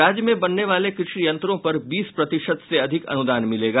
राज्य में बनने वाले कृषि यंत्रों पर बीस प्रतिशत से अधिक अनुदान मिलेगा